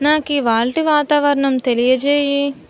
నాకు ఇవాల్టి వాతావరణం తెలియజేయి